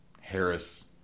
Harris